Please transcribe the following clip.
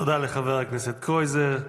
תודה לחבר הכנסת קרויזר.